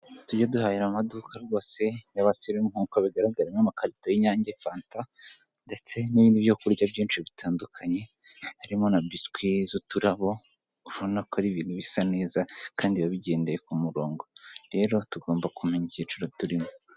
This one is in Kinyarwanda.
Tujye duhahira amaduka rwose y'abasimu nk'uko bigaragara n'amakarito y'inyange, fanta ndetse n'ibindi byo kurya byinshi bitandukanye, harimo na biswi z'uturabo ubona ko ari ibintu bisa neza kandi biba bigendeye ku murongo. Rero tugomba kumenya icyiciro turimo.